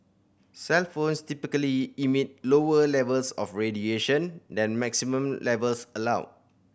cellphones typically emit lower levels of radiation than maximum levels allowed